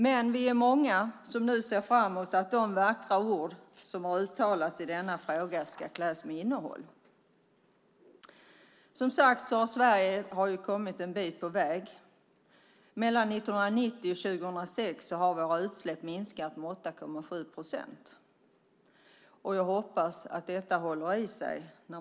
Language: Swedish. Men vi är många som nu ser fram emot att de vackra ord som har uttalats i denna fråga ska kläs med innehåll. Som sagt har Sverige kommit en bit på väg. Mellan 1990 och 2006 har våra utsläpp minskat med 8,7 procent. Jag hoppas att detta håller i sig.